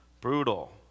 brutal